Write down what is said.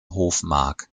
hofmark